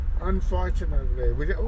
unfortunately